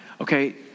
Okay